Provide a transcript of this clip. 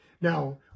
Now